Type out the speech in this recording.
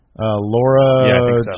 Laura